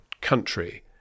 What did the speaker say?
country